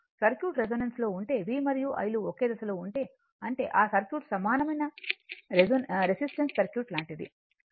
circuit resonance లో ఉంటే V మరియు I లు ఒకే దశలో వుంటే అంటే ఆ సర్క్యూట్ సమానమైన రెసిస్టివ్ సర్క్యూట్ లాంటిది అవుతుంది